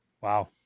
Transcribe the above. Wow